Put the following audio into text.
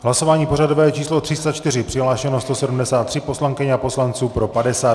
V hlasování pořadové číslo 304 přihlášeno 173 poslankyň a poslanců, pro 50 .